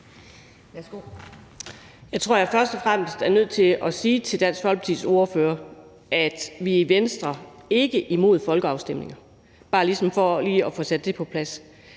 Jeg tror, at jeg først og fremmest er nødt til at sige til Dansk Folkepartis ordfører, at vi i Venstre ikke er imod folkeafstemninger. Det er bare ligesom for lige at få sat det på plads.